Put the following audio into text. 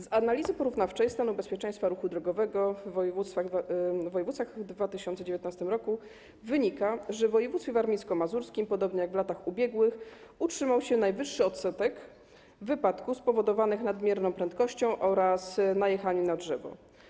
Z analizy porównawczej stanu bezpieczeństwa ruchu drogowego w województwach w 2019 r. wynika, że w województwie warmińsko-mazurskim, podobnie jak w latach ubiegłych, utrzymał się najwyższy odsetek wypadków spowodowanych nadmierną prędkością oraz najechaniem na drzewo.